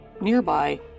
Nearby